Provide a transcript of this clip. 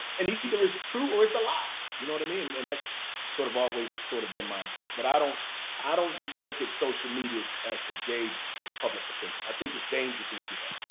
and either it's true or it's a lie, you know what i mean and that's sort of always sort of been my approach. but i don't i don't look at social media as the gauge of public opinion, i think it's dangerous when we do that.